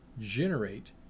generate